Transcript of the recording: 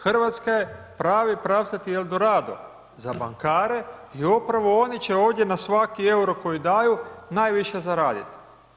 Hrvatska je pravi pravcati El Dorado za bankare i upravo oni će ovdje na svaki euro koji daju najviše zaraditi.